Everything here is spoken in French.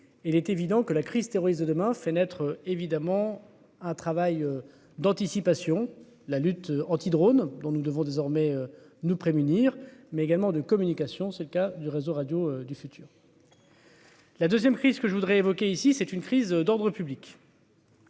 il est évident que la crise terroriste de de ma fenêtre, évidemment, un travail d'anticipation, la lutte anti-drônes dont nous devons désormais nous prémunir mais également de communication, c'est le cas du réseau radio du futur. La 2ème crise, ce que je voudrais évoquer ici, c'est une crise d'ordre public.